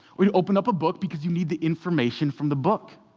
we'd open up a book because you need the information from the book.